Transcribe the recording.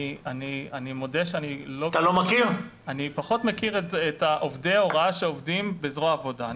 אני מודה שאני פחות מכיר את עובדי ההוראה שעובדים בזרוע עבודה.